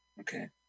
okay